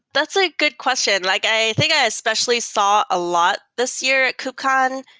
that's a good question. like i think i especially saw a lot this year at kubcon,